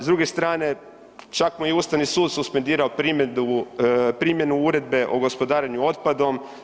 S druge strane, čak mi je i Ustavni sud suspendirao primjenu Uredbe o gospodarenju otpadom.